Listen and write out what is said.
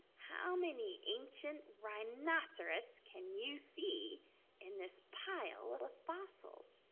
how many ancient rhinoceros can you see in this pile of fossils?